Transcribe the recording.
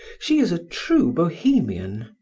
she is a true bohemian.